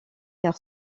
car